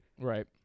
Right